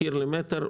מחיר למטר,